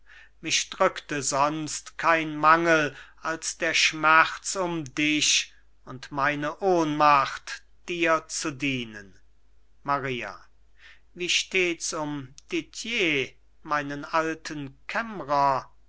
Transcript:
mich drückte sonst kein mangel als der schmerz um dich und meine ohnmacht dir zu dienen maria wie steht's um didier meinen alten